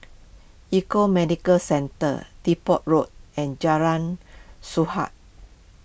Econ Medicare Centre Depot Road and Jalan Sahad